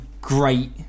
great